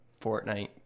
Fortnite